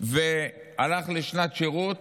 והלך לשנת שירות,